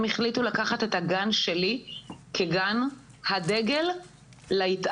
החליטו לקחת את הגן שלי כגן הדגל להתעללות.